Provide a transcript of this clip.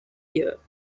year